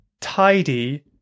tidy